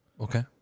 okay